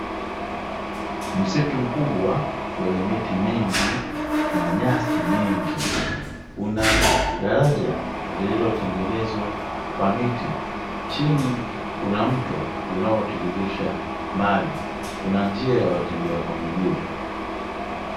Msitu mkubwa wenye miti mingi na nyasi nyingi, una daraja lililotengenezwa Kwa miti, chini kuna mto unaotiririsha maji, kuna njia ya watembea kwa miguu.